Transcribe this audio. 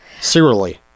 serially